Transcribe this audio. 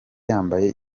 yambaye